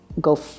go